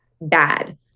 bad